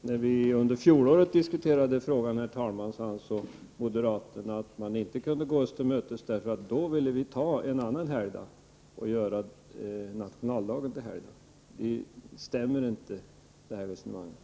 Herr talman! När vi under fjolåret diskuterade frågan ansåg moderaterna att man inte kunde gå oss till mötes, eftersom vi då ville ta bort en annan helgdag och göra nationaldagen till helgdag. Det här resonemanget stämmer inte.